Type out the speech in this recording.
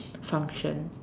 function